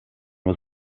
was